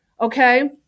Okay